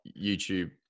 YouTube